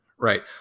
Right